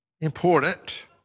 important